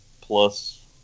plus